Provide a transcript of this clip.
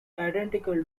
identical